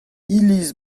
iliz